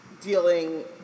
dealing